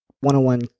one-on-one